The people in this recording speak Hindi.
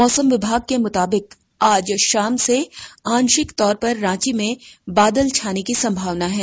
मौसम विभाग के मुताबिक आज शाम से आंशिक तौर पर रांची में बादल छाने की संभावना है